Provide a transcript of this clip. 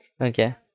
Okay